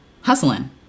hustling